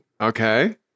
Okay